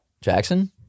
Jackson